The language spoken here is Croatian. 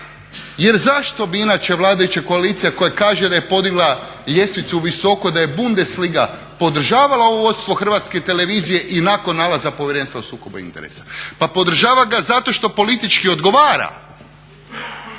Jer zašto bi inače vladajuća koalicija koja kaže da je podigla ljestvicu visoko da je Bundesliga podržavala ovo vodstvo Hrvatske televizije i nakon nalaza povjerenstva o sukobu interesa. Pa podržava ga zato što politički odgovara